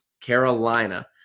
Carolina